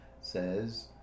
says